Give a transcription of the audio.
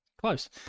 Close